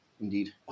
Indeed